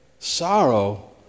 Sorrow